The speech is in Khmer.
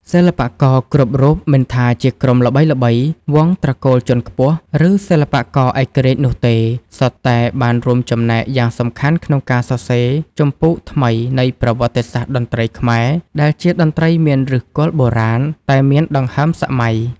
សិល្បករគ្រប់រូបមិនថាជាក្រុមល្បីៗ វង្សត្រកូលជាន់ខ្ពស់ ឬសិល្បករឯករាជ្យនោះទេ សុទ្ធតែបានរួមចំណែកយ៉ាងសំខាន់ក្នុងការសរសេរជំពូកថ្មីនៃប្រវត្តិសាស្ត្រតន្ត្រីខ្មែរ ដែលជាតន្ត្រីមាន ឫសគល់បុរាណ តែមានដង្ហើមសម័យ ។